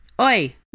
Oi